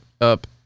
up